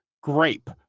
Grape